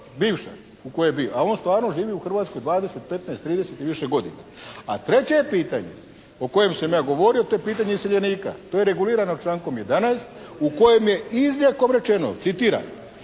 bivša u kojoj bi, a on stvarno živi u Hrvatskoj 20, 15, 30 i više godina. A treće je pitanje o kojem sam ja govorio to je pitanje iseljenika. To je regulirano člankom 11. u kojem je izrijekom rečeno, citiram: